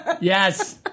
Yes